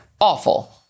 awful